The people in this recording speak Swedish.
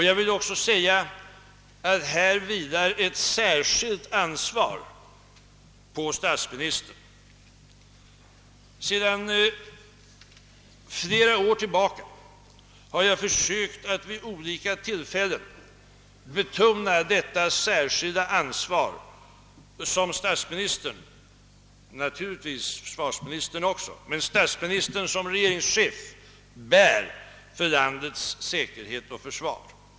Jag vill också säga att här vilar ett särskilt ansvar på statsministern. Sedan flera år tillbaka har jag vid olika tillfällen försökt betona det särskilda ansvar som statsministern som regeringschef — naturligtvis också försvarsministern — bär för landets säkerhet och försvar.